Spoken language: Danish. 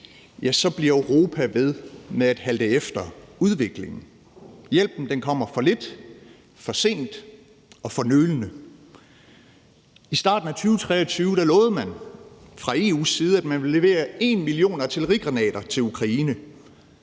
billede bliver Europa ved med at halte efter udviklingen. Hjælpen kommer for lidt, for sent og for nølende. I starten af 2023 lovede man fra EU's side, at man ville levere 1 million artillerigranater til Ukraine.